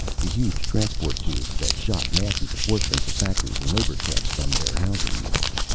the huge transport tubes that shot masses of workmen to factories and labor camps from their housing units.